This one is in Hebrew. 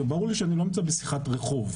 ברור לי שאני לא נמצא בשיחת רחוב.